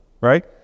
right